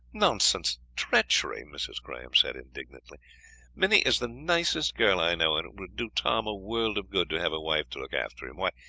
nonsense, treachery! mrs. grantham said indignantly minnie is the nicest girl i know, and it would do tom a world of good to have a wife to look after him. why,